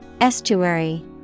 Estuary